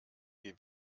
wie